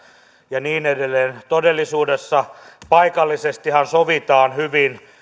ja niin edelleen todellisuudessahan paikallisesti sovitaan hyvin